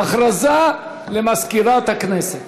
הודעה למזכירת הכנסת.